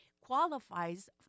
qualifies